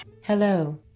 Hello